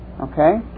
Okay